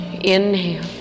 Inhale